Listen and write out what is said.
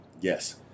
Yes